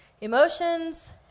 emotions